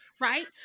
Right